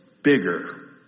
bigger